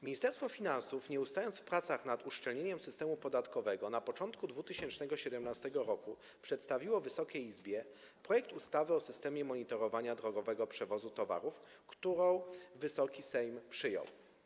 Ministerstwo Finansów, nie ustając w pracach nad uszczelnieniem systemu podatkowego, na początku 2017 r. przedstawiło Wysokiej Izbie projekt ustawy o systemie monitorowania drogowego przewozu towarów, którą Wysoki Sejm przyjął.